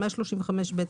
135(ב),